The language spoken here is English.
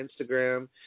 Instagram